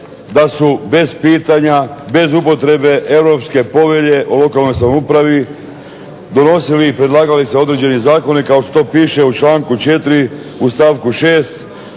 da su bez pitanja, bez upotrebe Europske povelje o lokalnoj samoupravi donosili i predlagali se određeni zakoni kao što piše u članku 6. u stavku 6.